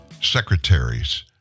secretaries